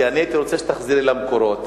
כי הייתי רוצה שתחזרי למקורות